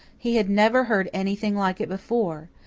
he had never heard anything like it before.